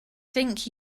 think